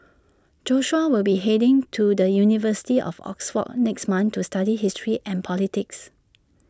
Joshua will be heading to the university of Oxford next month to study history and politics